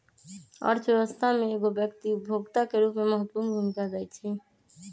अर्थव्यवस्था में एगो व्यक्ति उपभोक्ता के रूप में महत्वपूर्ण भूमिका दैइ छइ